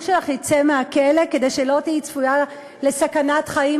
שלך יצא מהכלא כדי שלא תהיי צפויה לסכנת חיים,